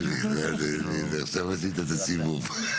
הנה עכשיו עשית את הסיבוב.